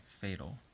fatal